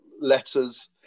letters